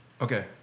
Okay